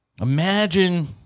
Imagine